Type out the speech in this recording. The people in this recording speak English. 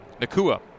Nakua